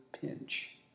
pinch